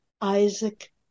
Isaac